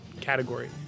category